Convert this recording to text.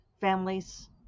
families